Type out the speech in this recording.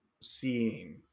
seeing